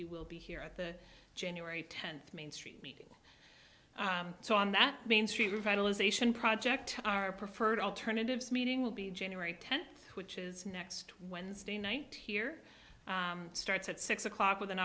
he will be here at the january tenth mainstreet meeting so on that main street revitalization project our preferred alternatives meeting will be january tenth which is next wednesday night here starts at six o'clock with an